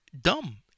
dumb